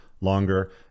longer